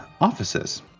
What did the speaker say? offices